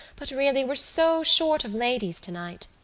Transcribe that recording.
but really we're so short of ladies tonight.